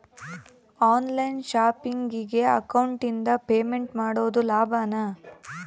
On line ಶಾಪಿಂಗಿಗೆ ಅಕೌಂಟಿಂದ payment ಮಾಡೋದು ಲಾಭಾನ?